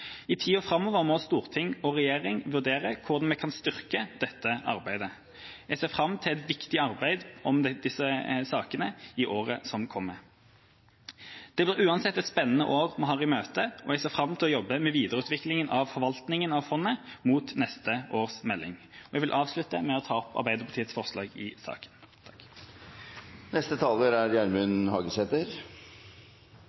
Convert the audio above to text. I tida framover må storting og regjering vurdere hvordan vi kan styrke dette arbeidet. Jeg ser fram til et viktig arbeid om disse sakene i året som kommer. Det blir uansett et spennende år vi har i møte, og jeg ser fram til å jobbe med videreutvikling av forvaltninga av fondet fram mot neste års melding. Jeg vil avslutte med å ta opp Arbeiderpartiets forslag i